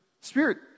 Spirit